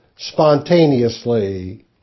spontaneously